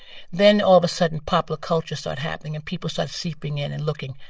then, all of a sudden, popular culture started happening. and people started seeping in and looking.